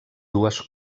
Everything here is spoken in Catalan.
dues